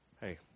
Hey